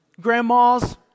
Grandma's